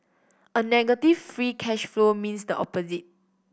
a negative free cash flow means the opposite